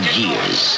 years